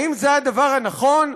האם זה הדבר הנכון?